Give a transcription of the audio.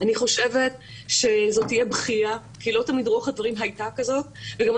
ואני חושבת שזו תהייה בכייה כי לא תמיד רוח הדברים הייתה כזאת ואני